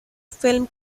film